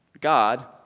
God